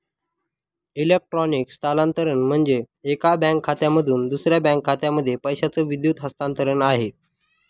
electronic स्थलांतरण म्हणजे, एका बँक खात्यामधून दुसऱ्या बँक खात्यामध्ये पैशाचं विद्युत हस्तांतरण आहे